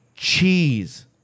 Cheese